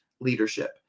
leadership